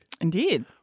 Indeed